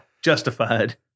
justified